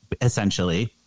essentially